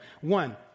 One